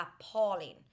appalling